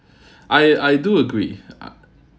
I I do agree I